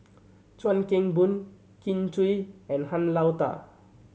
Chuan Keng Boon Kin Chui and Han Lao Da